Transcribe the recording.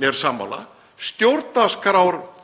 mér sammála, stjórnarskrárvörðum